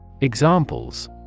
Examples